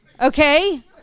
Okay